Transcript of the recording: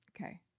Okay